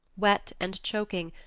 wet and choking,